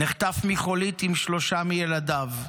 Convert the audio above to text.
נחטף מחולית עם שלושה מילדיו,